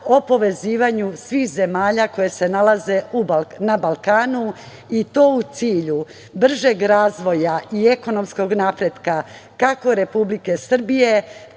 o povezivanju svih zemalja koje se nalaze na Balkanu i to u cilju bržeg razvoja i ekonomskog napretka kako Republike Srbije,